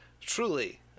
truly